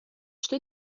что